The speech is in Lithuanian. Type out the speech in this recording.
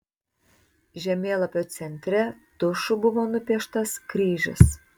žemėlapio centre tušu buvo nupieštas kryžius